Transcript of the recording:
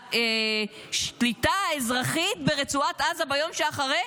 לשליטה האזרחית ברצועת עזה ביום שאחרי?